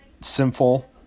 sinful